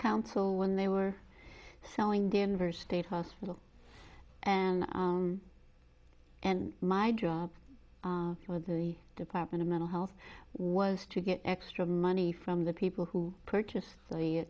council when they were selling danvers state hospital and and my job with the department of mental health was to get extra money from the people who purchased